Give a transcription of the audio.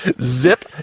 Zip